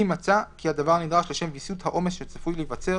אם מצא כי הדבר נדרש לשם ויסות העומס שצפוי להיווצר